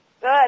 Good